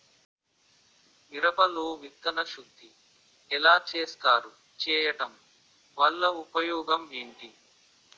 మిరప లో విత్తన శుద్ధి ఎలా చేస్తారు? చేయటం వల్ల ఉపయోగం ఏంటి?